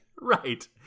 Right